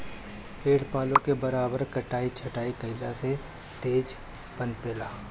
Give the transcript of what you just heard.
पेड़ पालो के बराबर कटाई छटाई कईला से इ तेज पनपे ला